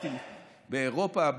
באירופה,